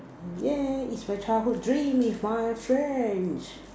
yeah is my childhood dream is my friends